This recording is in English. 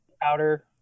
powder